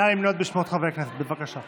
נא לקרוא בשמות חברי הכנסת, בבקשה.